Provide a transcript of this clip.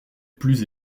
plus